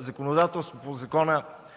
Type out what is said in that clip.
законодателство по Закона